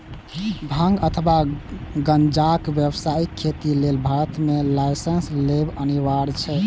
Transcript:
भांग अथवा गांजाक व्यावसायिक खेती लेल भारत मे लाइसेंस लेब अनिवार्य छै